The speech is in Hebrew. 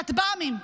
כטב"מים.